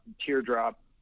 teardrop